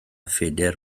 phedair